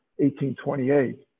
1828